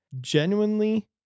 genuinely